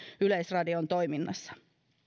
yleisradion toiminnassa